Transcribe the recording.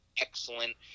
excellent